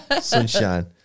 Sunshine